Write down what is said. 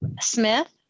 Smith